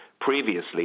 previously